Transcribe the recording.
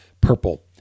purple